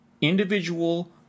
individual